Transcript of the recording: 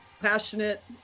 passionate